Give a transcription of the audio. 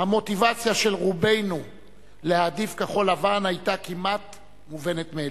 המוטיבציה של רובנו להעדיף כחול-לבן היתה כמעט מובנת מאליה.